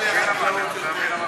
נראה לי שהחקלאות יותר.